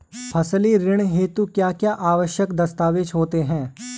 फसली ऋण हेतु क्या क्या आवश्यक दस्तावेज़ होते हैं?